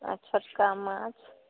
आओर छोटका माँछ